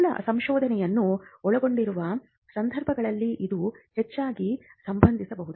ಮೂಲ ಸಂಶೋಧನೆಯನ್ನು ಒಳಗೊಂಡಿರುವ ಸಂದರ್ಭಗಳಲ್ಲಿ ಇದು ಹೆಚ್ಚಾಗಿ ಸಂಭವಿಸಬಹುದು